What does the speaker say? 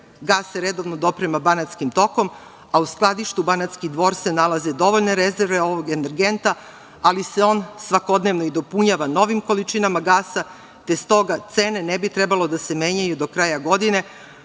se redovna doprema banatskim tokom, a u skladištu Banatski Dvor se nalaze dovoljne rezerve ovog energenta, ali se on svakodnevno dopunjava novim količinama gasa, te stoga cene ne bi trebale da se menjaju do kraja godine,